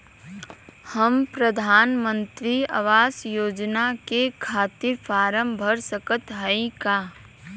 हम प्रधान मंत्री आवास योजना के खातिर फारम भर सकत हयी का?